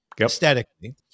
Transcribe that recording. Aesthetically